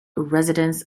residents